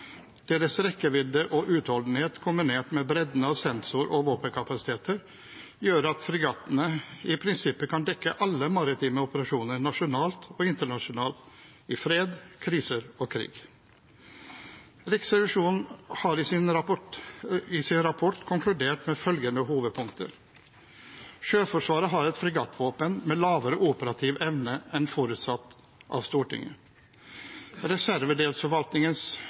Deres rekkevidde og utholdenhet kombinert med bredden av sensor- og våpenkapasiteter gjør at fregattene i prinsippet kan dekke alle maritime operasjoner nasjonalt og internasjonalt i fred, kriser og krig. Riksrevisjonen har i sin rapport konkludert med følgende hovedpunkter: Sjøforsvaret har et fregattvåpen med lavere operativ evne enn forutsatt av Stortinget.